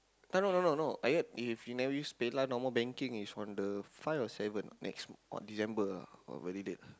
no no no no I heard if you never use PayNow normal banking is from the five or seven next or December ah !wah! very late ah how late